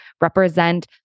represent